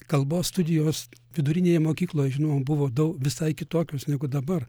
kalbos studijos vidurinėje mokykloje žinoma buvo dau visai kitokios negu dabar